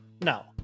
no